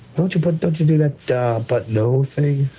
don't you but don't you do that but, no' thing?